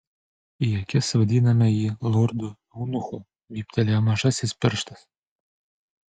į akis vadiname jį lordu eunuchu vyptelėjo mažasis pirštas